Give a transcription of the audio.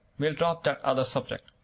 we'll drop that other subject.